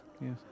Yes